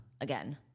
again